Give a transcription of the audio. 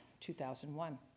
2001